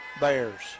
Bears